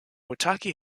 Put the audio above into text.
waitaki